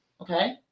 okay